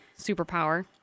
superpower